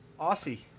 aussie